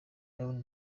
ndabona